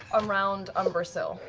around umbrasyl.